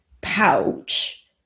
pouch